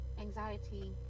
anxiety